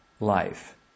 life